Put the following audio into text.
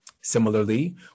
Similarly